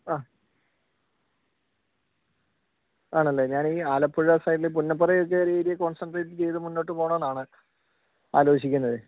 അ ആണല്ലേ ഞാൻ ഈ ആലപ്പുഴ സൈഡിൽ പുന്നപ്ര ചെറിയ രീതിയിൽ കോൺസെൻട്രേറ്റ് ചെയ്ത് മുന്നോട്ട് പോണമെന്നാണ് ആലോചിക്കുന്നത്